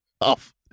off